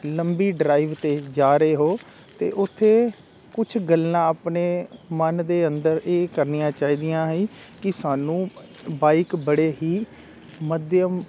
ਲੰਬੀ ਡਰਾਈਵ 'ਤੇ ਜਾ ਰਹੇ ਹੋ ਤਾਂ ਉੱਥੇ ਕੁਝ ਗੱਲਾਂ ਆਪਣੇ ਮਨ ਦੇ ਅੰਦਰ ਇਹ ਕਰਨੀਆਂ ਚਾਹੀਦੀਆਂ ਸੀ ਕਿ ਸਾਨੂੰ ਬਾਈਕ ਬੜੇ ਹੀ ਮਾਧਿਅਮ